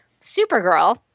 Supergirl